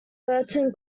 burton